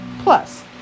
Plus